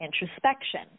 introspection